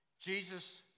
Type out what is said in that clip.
Jesus